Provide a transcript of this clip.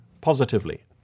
positively